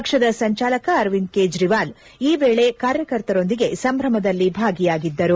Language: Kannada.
ಪಕ್ಷದ ಸಂಜಾಲಕ ಅರವಿಂದ ಕೇಜ್ರವಾಲ್ ಈ ವೇಳೆ ಕಾರ್ಯಕರ್ತರೊಂದಿಗೆ ಸಂಭ್ರಮದಲ್ಲಿ ಭಾಗಿಯಾಗಿದ್ದರು